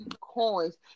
coins